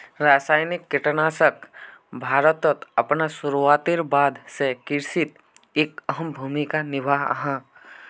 रासायनिक कीटनाशक भारतोत अपना शुरुआतेर बाद से कृषित एक अहम भूमिका निभा हा